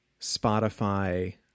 Spotify